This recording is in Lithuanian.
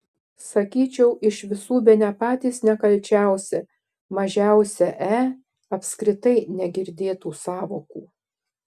sakyčiau iš visų bene patys nekalčiausi mažiausia e apskritai negirdėtų sąvokų